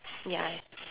ya